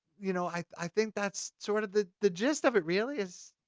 you know, i think that's sort of the the gist of it really is.